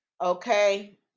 okay